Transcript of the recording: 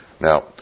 Now